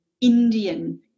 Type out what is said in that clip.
Indian